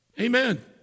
Amen